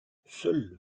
seules